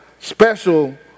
special